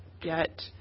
get